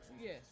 Yes